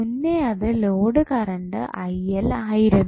മുന്നേ അത് load current ആയിരുന്നു